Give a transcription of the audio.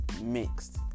mixed